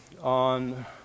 on